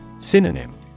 Synonym